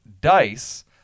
dice